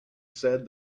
said